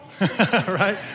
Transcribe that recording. right